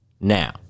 now